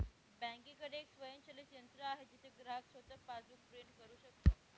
बँकेकडे एक स्वयंचलित यंत्र आहे जिथे ग्राहक स्वतः पासबुक प्रिंट करू शकतो